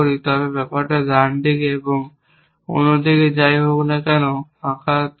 তবে ব্যাপারটি ডান দিকে এবং অন্য দিকে যা ই হোক না কেন ফাঁকা তীর